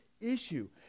issue